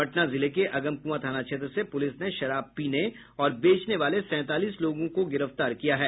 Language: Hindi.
पटना जिले के अगमकुआं थाना क्षेत्र से पुलिस ने शराब पीने और बेचने वाले सैंतालीस लोगों को गिरफ्तार किया है